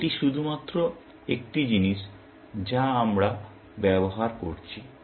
এটি শুধুমাত্র একটি অতিরিক্ত জিনিস যা আমরা ব্যবহার করছি